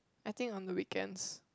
I think on the weekends